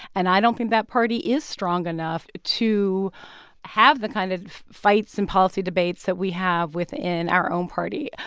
and i don't think that party is strong enough to have the kind of fights and policy debates that we have within our own party.